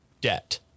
debt